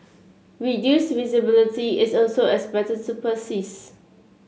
reduced visibility is also expected to persist